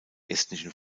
estnischen